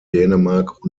dänemark